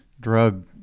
drug